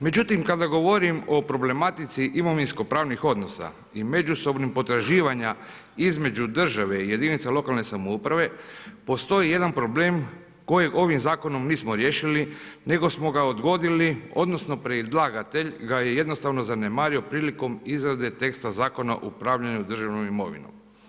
Međutim kada govorim o problematici imovinskopravnih odnosa i međusobnim potraživanjima između države i jedinica lokalne samouprave postoji jedan problem kojeg ovim zakonom nismo riješili nego smo ga odgodili odnosno predlagatelj ga je jednostavno zanemario prilikom izrade teksta zakona o upravljanju državnom imovinom.